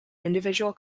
individual